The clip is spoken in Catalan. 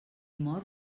mor